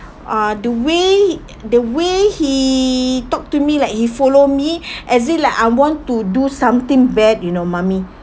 uh the way he the way he talk to me like he follow me as if like I want to do something bad you know mummy